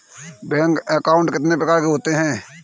Bank account कितने प्रकार के होते हैं?